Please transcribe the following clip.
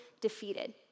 defeated